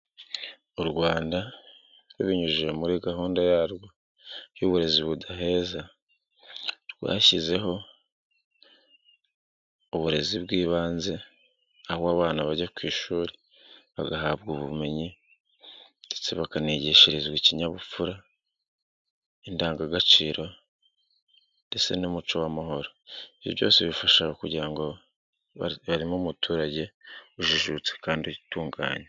U Rwanda rubinyujije muri gahunda yarwo y'uburezi budaheza rwashyizeho uburezi bw'ibanze, aho abana bajya ku ishuri bagahabwa ubumenyi ndetse bakanigishirizwa ikinyabupfura, indangagaciro, ndetse n'umuco w'amahoro. Ibyo byose bifasha kugira ngome umuturage ujijutse kandi utunganye.